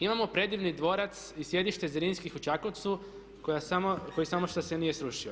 Imamo predivni dvorac i sjedište Zrinskih u Čakovcu koji samo što se nije srušio.